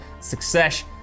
success